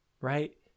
right